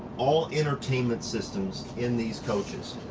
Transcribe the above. all entertainment systems in these coaches.